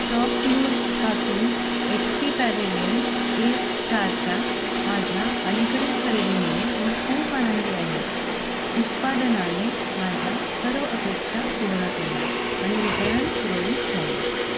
शॉपक्लूजपासून H P Pavilion एक चारच्या माझ्या अलीकडील खरेदीमुळे मी खूप आनंदी आहे उत्पादनाने माझ्या सर्व अपेक्षा पूर्ण केल्या आणि वितरण सुरळीत झाले